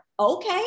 Okay